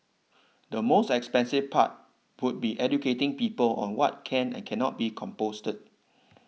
the most expensive part would be educating people on what can and cannot be composted